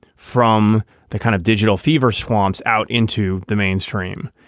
from the kind of digital fever swamps out into the mainstream.